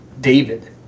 David